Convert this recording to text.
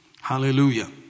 Hallelujah